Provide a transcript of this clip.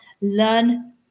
learn